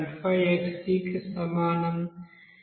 5xD కి సమానం